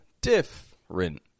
different